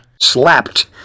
Slapped